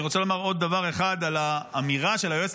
אני רוצה לומר עוד דבר אחד על האמירה של היועצת